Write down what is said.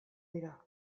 dira